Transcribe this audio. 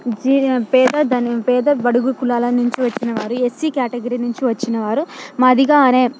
G పేద ధ పేద బడుగు కులాల నుంచి వచ్చిన వారు ఎస్సీ కేటగిరి నుంచి వచ్చిన వారు మాదిగ అనే